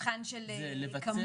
מבחן של כמות.